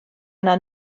yno